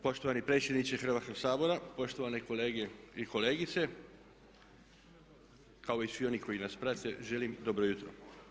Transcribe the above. Poštovani predsjedniče Hrvatskog sabora, poštovane kolege i kolegice kao i svi oni koji nas prate želim dobro jutro!